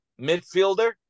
midfielder